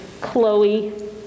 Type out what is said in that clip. Chloe